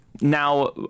Now